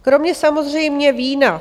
Kromě samozřejmě vína.